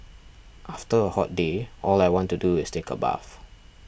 after a hot day all I want to do is take a bath